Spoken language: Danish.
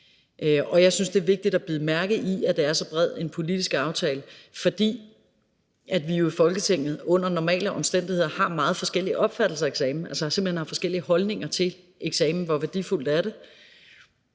Jeg synes, det er vigtigt at bide mærke i, at det er så bred en politisk aftale, fordi vi jo i Folketinget under normale omstændigheder har meget forskellige opfattelser af eksamen. Altså, vi har simpelt hen forskellige holdninger til eksamen, og hvor værdifuldt det